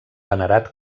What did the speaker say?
venerat